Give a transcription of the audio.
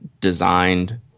designed